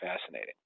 fascinating